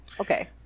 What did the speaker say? okay